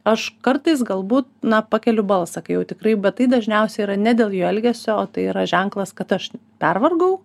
aš kartais galbūt na pakeliu balsą kai jau tikrai bet tai dažniausiai yra ne dėl jo elgesio o tai yra ženklas kad aš pervargau